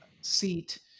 seat